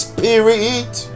Spirit